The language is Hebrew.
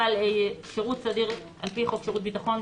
אבל שירות סדיר על פי חוק שירות ביטחון,